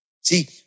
See